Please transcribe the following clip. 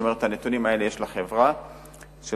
כלומר יש לחברה הנתונים האלה,